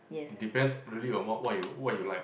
depends really on what what you what you like